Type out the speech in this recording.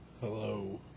Hello